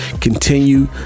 continue